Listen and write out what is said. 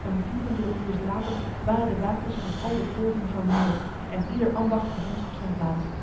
een vierendeel uurs later waren de wakers van al de poorten vermoord en ieder ambacht bevond zich op zijn plaats